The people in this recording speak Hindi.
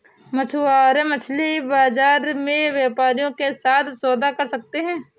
मछुआरे मछली बाजार में व्यापारियों के साथ सौदा कर सकते हैं